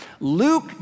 Luke